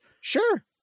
Sure